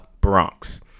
Bronx